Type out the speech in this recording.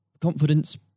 confidence